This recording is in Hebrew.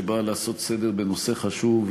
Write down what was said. שבא לעשות סדר בנושא חשוב,